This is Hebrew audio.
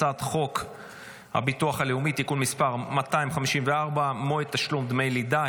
הצעת חוק הביטוח הלאומי (תיקון מס' 254) (מועד תשלום דמי לידה),